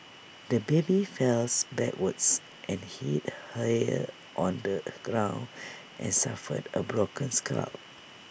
the baby fells backwards and hit hear on the ground and suffered A broken skull